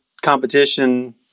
competition